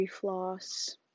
floss